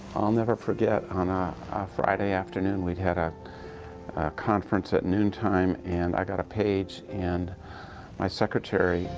i'll never forget on a friday afternoon we'd had a conference at noontime and i got a page and my secretary